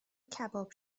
کباب